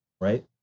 right